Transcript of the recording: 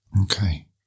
Okay